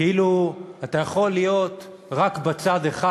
כאילו אתה יכול להיות רק בצד אחד,